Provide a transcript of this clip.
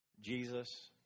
Jesus